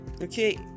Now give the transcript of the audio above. okay